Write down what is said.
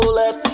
let